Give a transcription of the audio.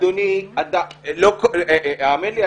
האמן לי,